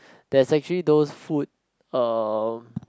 there's actually those food uh